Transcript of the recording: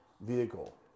vehicle